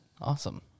Awesome